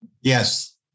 Yes